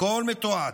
הכול מתועד.